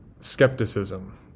skepticism